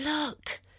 Look